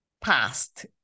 past